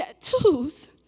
tattoos